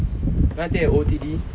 you wanna take an O_O_T_D